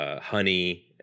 honey